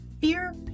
Fear